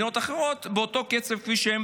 באותו קצב, כפי שהם